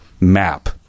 map